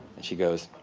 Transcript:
and she goes,